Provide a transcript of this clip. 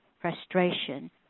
frustration